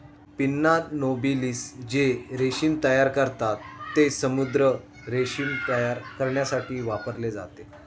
pinna nobilis जे रेशीम तयार करतात, ते समुद्री रेशीम तयार करण्यासाठी वापरले जाते